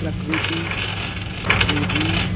પ્રકૃતિ નિધિ